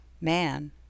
Man